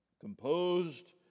composed